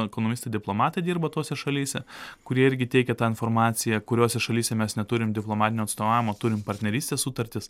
ekonomistai diplomatai dirba tose šalyse kurie irgi teikia tą informaciją kuriose šalyse mes neturim diplomatinio atstovavimo turim partnerystės sutartis